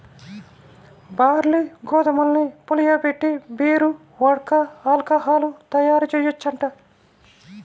barley, గోధుమల్ని పులియబెట్టి beer, vodka, alcohol తయ్యారుజెయ్యొచ్చంట